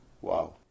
wow